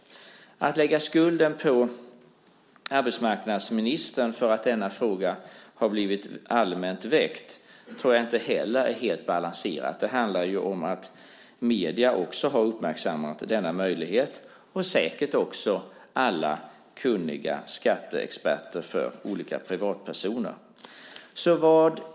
Att lägga skulden på arbetsmarknadsministern för att denna fråga har blivit allmänt väckt tror jag inte heller är helt balanserat. Det handlar ju om att också medierna har uppmärksammat denna möjlighet liksom säkert också alla kunniga skatteexperter som olika privatpersoner anlitar.